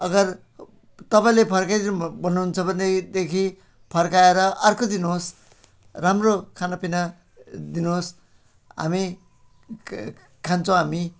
अगर तपाईँले फर्काइदिनु भन्नु हुन्छ भनेदेखि फर्काएर अर्को दिनु होस् राम्रो खानापिना दिनु होस् हामी खान्छौँ हामी